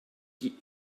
die